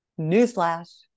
Newsflash